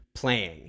playing